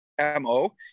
MO